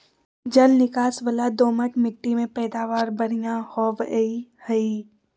जल निकास वला दोमट मिट्टी में पैदावार बढ़िया होवई हई